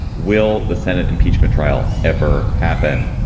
will the senate impeachment trial ever happen?